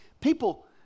people